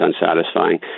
unsatisfying